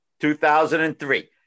2003